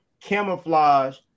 camouflage